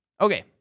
Okay